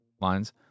lines